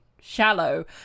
shallow